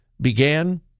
...began